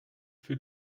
für